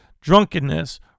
drunkenness